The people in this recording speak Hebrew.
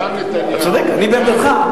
גם נתניהו, אתה צודק, אני בעמדתך.